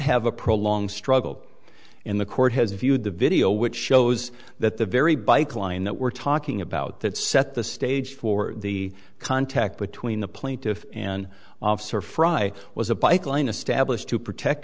have a prolong struggle in the court has viewed the video which shows that the very bike line that we're talking about that set the stage for the contact between the plaintiff an officer fry was a pipeline established to protect